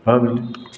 आओर